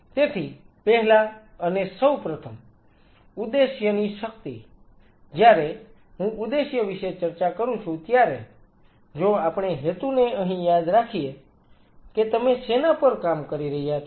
તેથી પહેલા અને સૌપ્રથમ ઉદ્દેશ્યની શક્તિ જ્યારે હું ઉદ્દેશ્ય વિશે ચર્ચા કરું છું ત્યારે જો આપણે હેતુને અહીં યાદ રાખીએ કે તમે શેના પર કામ કરી રહ્યા છો